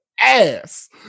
Ass